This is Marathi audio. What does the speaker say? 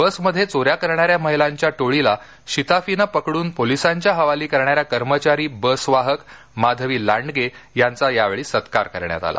बसमध्ये चोऱ्या करणाऱ्या महिलांच्या टोळीला शिताफीने पकडून पोलिसांच्या हवाली करणाऱ्या कर्मचारी बसवाहक माधवी लांडगे यांचा यावेळी सत्कार करण्यात आला